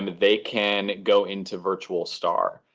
and they can go into virtual star.